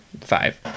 five